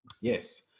yes